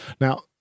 Now